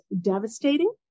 devastating